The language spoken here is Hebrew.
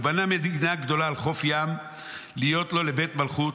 "הוא בנה מדינה גדולה על חוף הים להיות לו לבית מלכות,